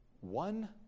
one